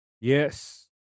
Yes